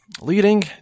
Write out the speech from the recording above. leading